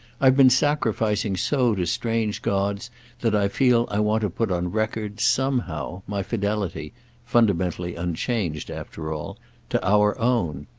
i've been sacrificing so to strange gods that i feel i want to put on record, somehow, my fidelity fundamentally unchanged after all to our own.